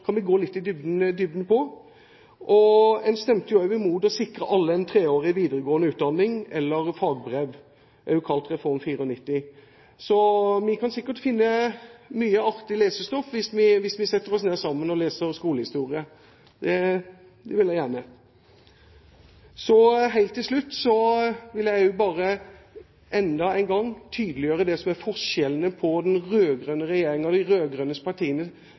kan vi gå litt i dybden på. En stemte jo også imot å sikre alle en treårig videregående utdanning eller fagbrev, også kalt Reform 94. Så vi kan sikkert finne mye artig lesestoff hvis vi setter oss ned sammen og leser skolehistorie. Det vil jeg gjerne. Helt til slutt vil jeg bare enda en gang tydeliggjøre forskjellene – den rød-grønne regjeringen og de